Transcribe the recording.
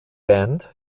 band